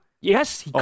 Yes